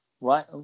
right